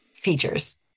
features